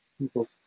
people